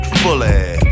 fully